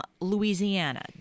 Louisiana